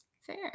Fair